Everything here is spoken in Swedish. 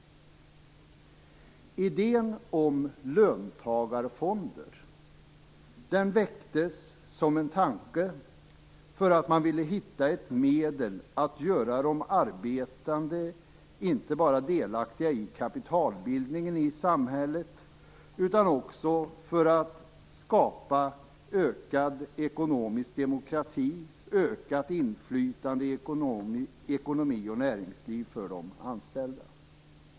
Idén om löntagarfonder väcktes som en tanke för att man ville hitta ett medel inte bara för att göra de arbetande delaktiga i kapitalbildningen i samhället utan också för att skapa ökad ekonomisk demokrati och ökat inflytande i ekonomi och näringsliv för de anställda.